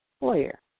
lawyer